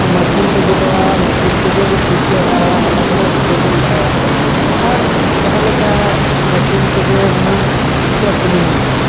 machine ᱛᱮ ᱜᱮᱫᱚᱜᱼᱟ machine ᱛᱮᱜᱮ ᱚᱱᱟ ᱯᱤᱥᱟᱹᱜᱼᱟ ᱚᱱᱟ ᱠᱚᱢᱟ ᱡᱚᱛᱚᱵᱚᱱ ᱵᱟᱲᱟᱭᱟ ᱟᱨ ᱡᱟᱦᱟᱸ ᱞᱮᱠᱟ ᱢᱮᱥᱤᱱ ᱛᱮᱜᱮ ᱱᱟᱦᱟᱜ ᱡᱚᱛᱚᱣᱟᱜ ᱠᱟᱹᱢᱤ ᱦᱩᱭᱩᱜᱼᱟ